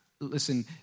Listen